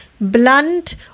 blunt